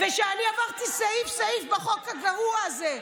ושאני עברתי סעיף-סעיף בחוק הגרוע הזה.